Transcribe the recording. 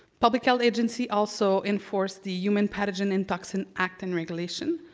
public health agency also enforce the human pathogen and toxin act and regulation,